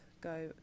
go